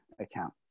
account